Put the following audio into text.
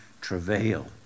travail